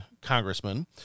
congressman